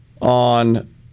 on